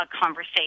conversation